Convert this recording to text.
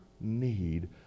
need